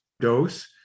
dose